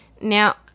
Now